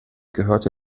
gehörte